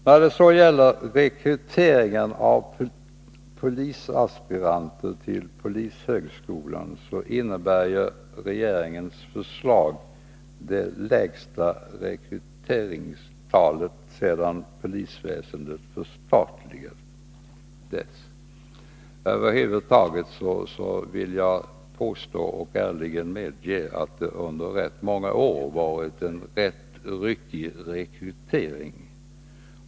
När det så gäller rekryteringen av polisaspiranter till polishögskolan innebär regeringens förslag det lägsta rekryteringstalet sedan polisväsendet förstatligades. Över huvud taget vill jag påstå och ärligt medge att det under rätt många år har varit en ganska ryckig rekrytering.